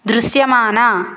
దృశ్యమాన